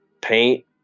paint